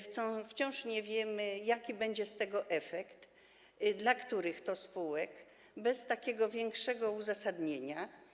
Wciąż nie wiemy, jaki będzie tego efekt, dla których to spółek, bez takiego większego uzasadnienia.